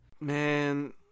Man